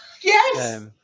Yes